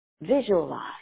visualize